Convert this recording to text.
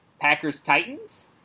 Packers-Titans